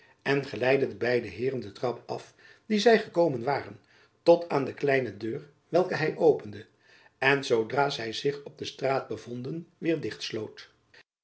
en geleidde de beide heeren den trap af dien zy gekomen waren tot aan de kleine deur welke hy opende en zoodra zy zich op straat bevonden